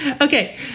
Okay